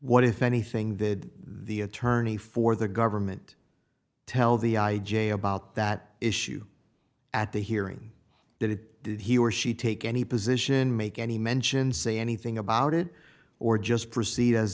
what if anything did the attorney for the government tell the i j a about that issue at the hearing that it did he or she take any position make any mention say anything about it or just proceed as